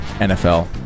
NFL